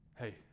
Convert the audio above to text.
Hey